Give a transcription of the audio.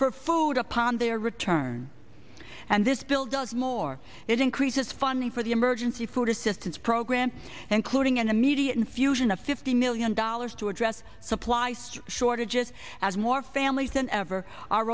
for food upon their return and this bill does more it increases funding for the emergency food assistance program including an immediate infusion of fifty million dollars to address supply street shortages as more families than ever are